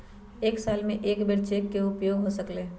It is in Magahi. एक साल में कै बेर चेक के उपयोग हो सकल हय